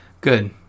Good